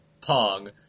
Pong